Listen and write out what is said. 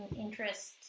interests